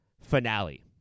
finale